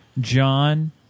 John